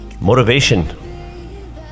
motivation